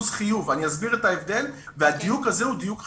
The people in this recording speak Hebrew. אני אסביר את ההבדל והדיוק הזה הוא דיוק חשוב.